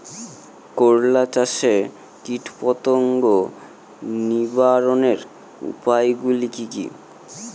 করলা চাষে কীটপতঙ্গ নিবারণের উপায়গুলি কি কী?